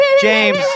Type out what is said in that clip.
James